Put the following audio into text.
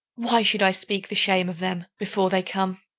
why should i speak the shame of them, before they come.